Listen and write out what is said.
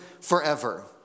forever